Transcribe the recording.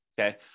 okay